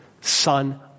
Son